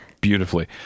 beautifully